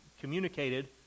communicated